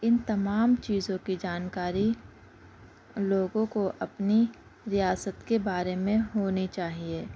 اِن تمام چیزوں کی جانکاری لوگوں کو اپنی ریاست کے بارے میں ہونی چاہیے